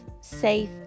safe